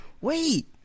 wait